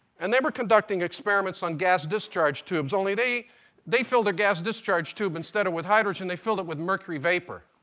and they were conducting experiments on gas discharge tubes. only they they filled a gas discharge tube, instead of with hydrogen, they filled it with mercury vapor.